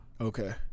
Okay